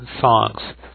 songs